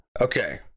Okay